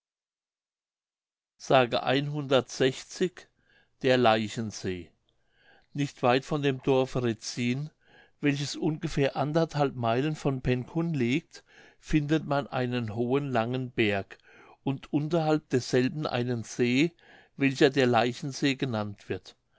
s der leichensee nicht weit von dem dorfe retzin welches ungefähr anderthalb meilen von pencun liegt findet man einen hohen langen berg und unterhalb desselben einen see welcher der leichensee genannt wird